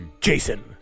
Jason